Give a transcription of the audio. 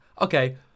okay